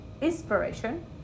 inspiration